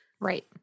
Right